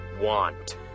want